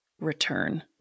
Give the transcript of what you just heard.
return